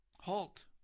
Halt